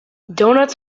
doughnuts